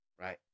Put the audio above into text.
right